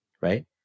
right